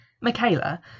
Michaela